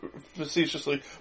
facetiously